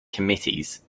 committees